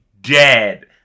dead